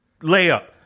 Layup